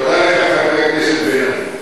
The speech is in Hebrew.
תודה לך, חבר הכנסת בן-ארי.